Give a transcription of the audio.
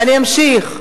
אני אמשיך,